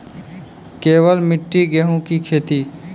केवल मिट्टी गेहूँ की खेती?